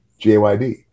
JYD